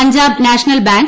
Punjab National bank